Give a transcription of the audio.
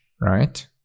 right